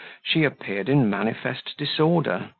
she appeared in manifest disorder.